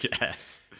Yes